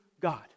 God